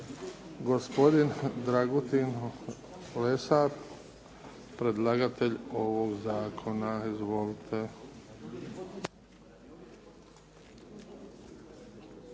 Gospodin Dragutin Lesar predlagatelj ovog zakona. Izvolite.